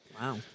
Wow